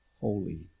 holy